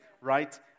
right